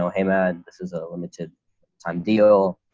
hey, man, this is a limited time deal.